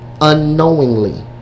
unknowingly